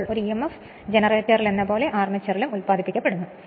അതിനാൽ ആ emf ഒരു ജനറേറ്ററിലെന്ന പോലെ അർമേച്ചറിലും ഉത്പാദിപ്പിക്കപ്പെടുന്നു